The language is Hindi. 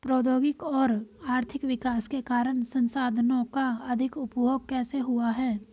प्रौद्योगिक और आर्थिक विकास के कारण संसाधानों का अधिक उपभोग कैसे हुआ है?